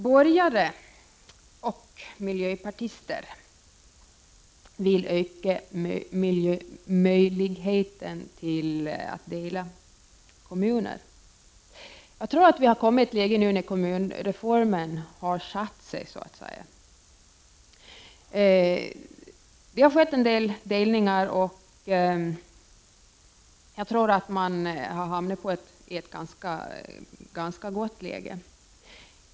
Borgare och miljöpartister vill öka möjligheten att dela kommuner. Vi har nu kommit i ett läge där kommunreformen har ”satt sig”. Det har skett några delningar av kommuner, och läget är ganska gott.